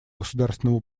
государственного